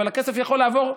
אבל הכסף יכול לעבור,